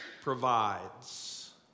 provides